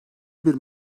bir